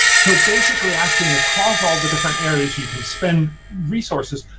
so basically asking across all the different areas you can spend resources,